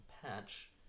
patch